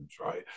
right